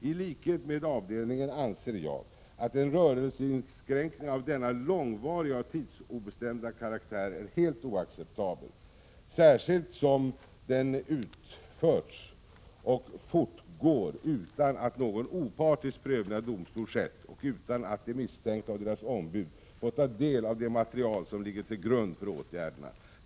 I likhet med avdelningen anser jag att en rörelseinskränkning av denna långvariga och tidsobestämda karaktär är helt oacceptabel, särskilt som den utförts och fortgår utan att någon opartisk prövning av domstol skett och utan att de misstänkta och deras ombud får ta del av det material som ligger till grund för åtgärderna.